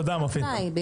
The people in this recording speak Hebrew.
תודה מופיד.